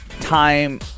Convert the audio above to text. time